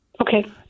Okay